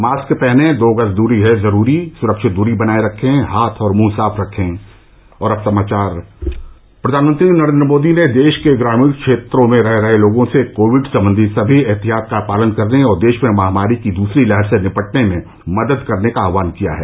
mask पहनें दो गज दूरी है जरूरी सुरक्षित दूरी बनाये रखें हाथ और मुंह साफ रखे प्रधानमंत्री नरेन्द्र मोदी ने देश के ग्रामीण क्षेत्रों में रह रहे लोगों से कोविड संबंधी सभी एहतियात का पालन करने और देश में महामारी की दूसरी लहर से निपटने में मदद करने का आग्रह किया है